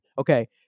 Okay